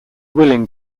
willing